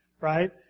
right